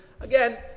Again